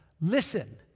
listen